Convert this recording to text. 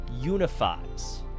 unifies